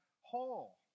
whole